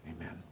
Amen